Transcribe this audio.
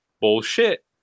Bullshit